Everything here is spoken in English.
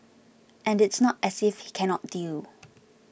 and it's not as if he cannot deal